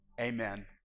Amen